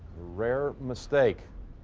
rare mistake.